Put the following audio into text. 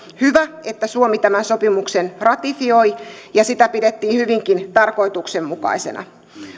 hyvä että suomi tämän sopimuksen ratifioi ja sitä pidettiin hyvinkin tarkoituksenmukaisena